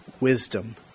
wisdom